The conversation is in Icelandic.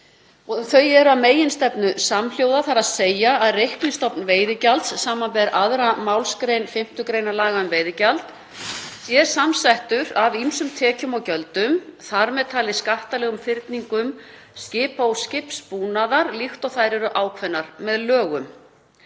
Þau eru að meginstefnu samhljóða, þ.e. að reiknistofn veiðigjalds, sbr. 2. mgr. 5. gr. laga um veiðigjald, sé samsettur af ýmsum tekjum og gjöldum, þar með talið skattalegum fyrningum skipa og skipsbúnaðar líkt og þær eru ákveðnar með lögum.